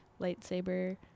lightsaber